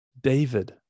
David